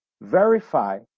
verify